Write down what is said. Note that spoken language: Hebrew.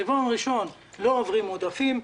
ברבעון ראשון לא עוברים עודפים,